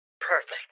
Perfect